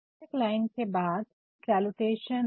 subject line के बाद salutation सम्बोधन